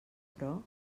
però